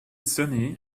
sunny